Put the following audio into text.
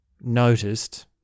noticed